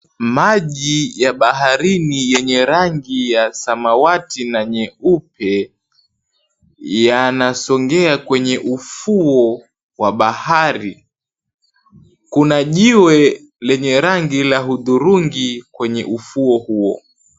Maji ya baharini yenye rangi ya samawati na nyeupe, yanasongea kwenye ufuo wa bahari. Kuna jiwe lenye rangi la udhurungi kwenye ufuo huo.